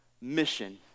mission